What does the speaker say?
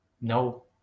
No